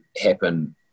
happen